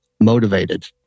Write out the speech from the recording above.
motivated